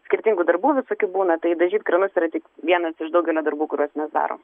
skirtingų darbų visokių būna tai dažyt kranus yra tik vienas iš daugelio darbų kuriuos mes darom